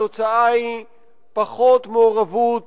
התוצאה היא פחות מעורבות